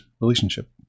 relationship